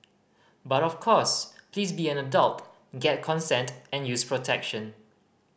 but of course please be an adult get consent and use protection